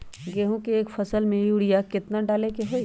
गेंहू के एक फसल में यूरिया केतना डाले के होई?